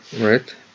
right